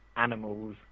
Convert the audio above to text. animals